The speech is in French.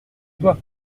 toi